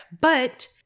But-